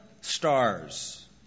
stars